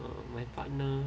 uh my partner